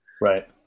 Right